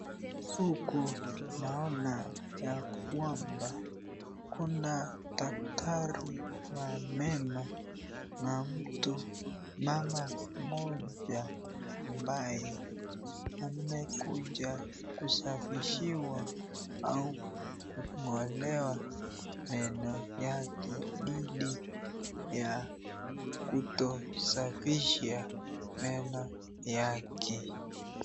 Huku naona ya kwamba kuna daktari wa meno na mtu mama mmoja ambaye amekuja kusafishiwa au kungolewa meno yake dhidi ya kutosafisha meno yake.